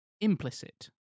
implicit